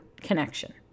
connection